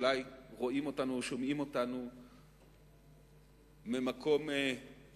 אולי הם רואים אותנו או שומעים אותנו ממקום גלותם,